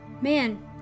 Man